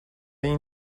این